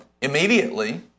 Immediately